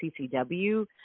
ccw